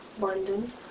London